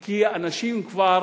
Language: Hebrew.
כי אנשים, כבר